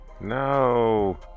No